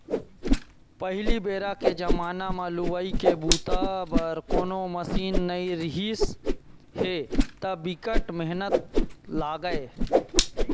पहिली बेरा के जमाना म लुवई के बूता बर कोनो मसीन नइ रिहिस हे त बिकट मेहनत लागय